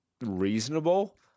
reasonable